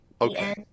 Okay